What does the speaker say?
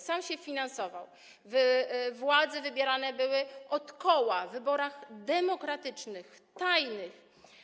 Sam się finansował, władze wybierane były - od koła - w wyborach demokratycznych, tajnych.